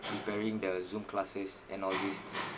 preparing the Zoom classes and all these